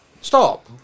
stop